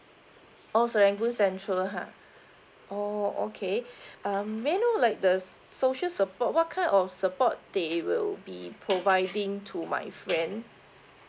oh serangoon central ha oh okay um may I know like the social support what kind of support they will be providing to my friend